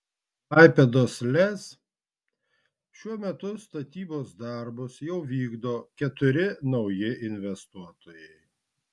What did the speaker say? klaipėdos lez šiuo metu statybos darbus jau vykdo keturi nauji investuotojai